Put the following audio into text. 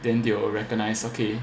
then they will recognise okay